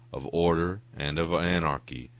of order and of anarchy,